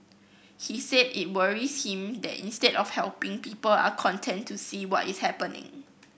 he said it worries him that instead of helping people are content to see what is happening